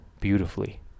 beautifully